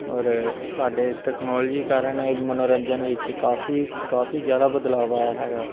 ਔਰ ਸਾਡੇ ਟੈਕਨੋਲਜੀ ਕਾਰਨ ਮਨੋਰੰਜਨ ਵਿੱਚ ਕਾਫੀ ਕਾਫੀ ਜ਼ਿਆਦਾ ਬਦਲਾਅ ਆਇਆ ਹੈਗਾ